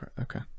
Okay